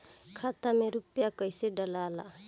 खाता में रूपया कैसे डालाला?